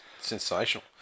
sensational